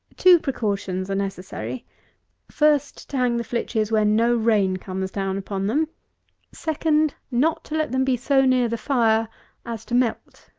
two precautions are necessary first, to hang the flitches where no rain comes down upon them second, not to let them be so near the fire as to melt.